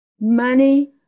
money